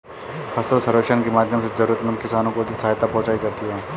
फसल सर्वेक्षण के माध्यम से जरूरतमंद किसानों को उचित सहायता पहुंचायी जाती है